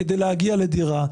כדי להגיע לדירה.